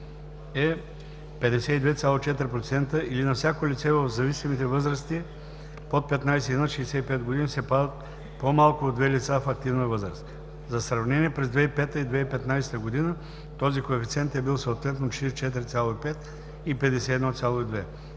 е 52,4%, или на всяко лице в зависимите възрасти (под 15 и над 65 години) се падат по-малко от две лица в активна възраст. За сравнение, през 2005 и 2015 г. този коефициент е бил съответно 44,5 и 51,2%.